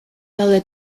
daude